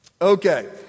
Okay